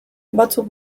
batzuk